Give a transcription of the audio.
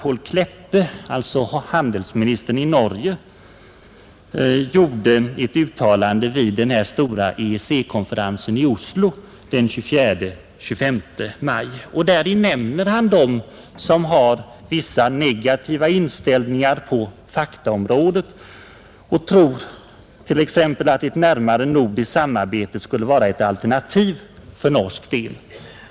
Paul Kleppe, alltså handelsministern i Norge, gjorde ett uttalande vid den stora EEC-konferensen i Oslo den 24—25 maj. Där nämner han dem som har vissa negativa inställningar på faktaområdet och t.ex. tror att ett närmare nordiskt samarbete skulle vara ett alternativ till EEC för norsk del.